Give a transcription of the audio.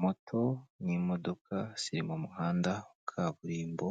Moto n'imodoka ziri mu muhanda wa kaburimbo